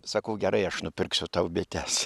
sakau gerai aš nupirksiu tau bites